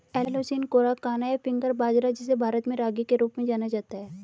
Eleusine coracana, या finger बाजरा, जिसे भारत में रागी के रूप में जाना जाता है